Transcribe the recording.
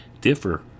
differ